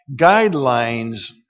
guidelines